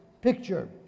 picture